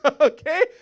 Okay